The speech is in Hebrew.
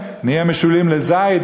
נהיה משולים לזית,